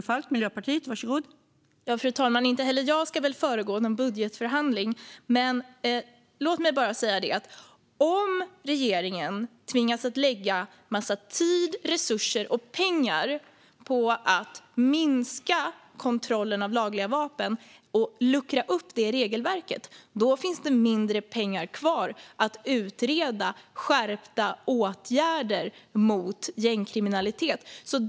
Fru talman! Inte heller jag ska föregå någon budgetförhandling. Låt mig bara säga att om regeringen tvingas att lägga en massa tid, resurser och pengar på att minska kontrollen av lagliga vapen och luckra upp regelverket för detta finns det mindre pengar kvar för att utreda skärpta åtgärder mot gängkriminalitet.